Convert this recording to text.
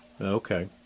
Okay